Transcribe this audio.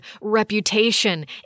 reputation